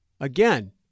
Again